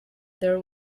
there